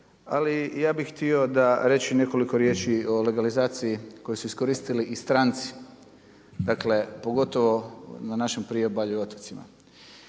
ali ja bi htio da reći nekoliko riječi o legalizaciji koje su iskoristili i stranci. Dakle, pogotovo na našem priobalju i otocima.